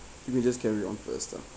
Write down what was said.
maybe just carry on first lah